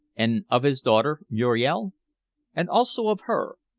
and of his daughter muriel? and also of her.